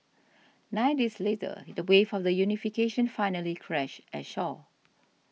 nine days later the waves of the unification finally crashed ashore